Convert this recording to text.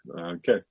okay